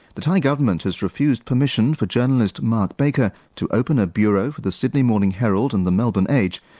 the thai government has refused permission for journalist mark baker to open a bureau for the sydney morning herald and the melbourne age.